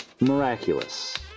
Miraculous